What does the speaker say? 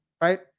right